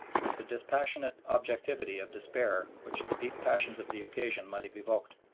with the dispassionate objectivity of despair which the deep passions of the occasion might have evoked.